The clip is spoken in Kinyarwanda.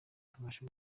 tubashe